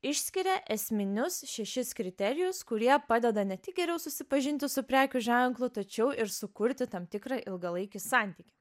išskiria esminius šešis kriterijus kurie padeda ne tik geriau susipažinti su prekių ženklu tačiau ir sukurti tam tikrą ilgalaikį santykį